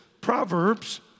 Proverbs